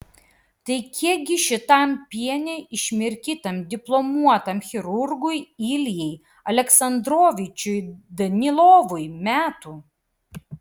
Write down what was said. tai kiekgi šitam piene išmirkytam diplomuotam chirurgui iljai aleksandrovičiui danilovui metų